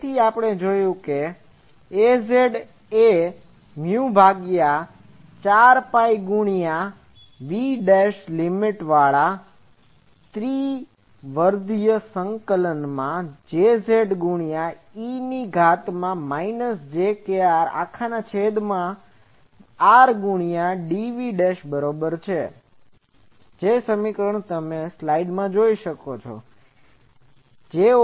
તેથી આપણે જોયું કે AZ4π∭VJZe j krrdv AZ એ મ્યુ ભાગ્યા 4 પાય ગુણ્યા V' લીમીટ વાળા ત્રિવિધ સંકલન માં Jz ગુણ્યા e ની ઘાત માં માઈનસ j kr અખાના છેદ માં r ગુણ્યા dv બરોબર છે